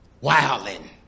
wilding